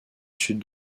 sud